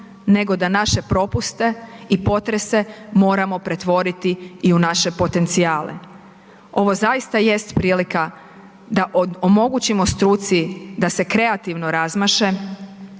nego da naše propuste i potrese moramo pretvoriti i u naše potencijale. Ovo zaista jest prilika da omogućimo struci da se kreativno razmaše,